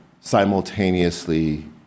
simultaneously